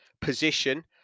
position